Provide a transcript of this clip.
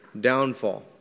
downfall